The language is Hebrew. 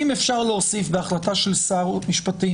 אם אפשר להוסיף בהחלטה של שר משפטים